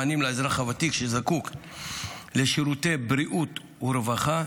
מענים לאזרח הוותיק שזקוק לשירותי בריאות ורווחה,